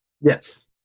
Yes